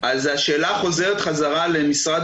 אנשי משרד